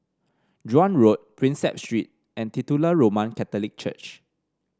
Joan Road Prinsep Street and Titular Roman Catholic Church